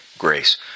grace